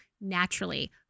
naturally